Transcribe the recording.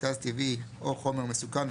גז טבעי או חומר מסוכן,